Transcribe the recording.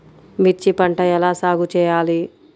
మిర్చి పంట ఎలా సాగు చేయాలి?